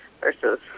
versus